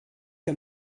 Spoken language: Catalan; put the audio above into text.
que